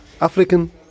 African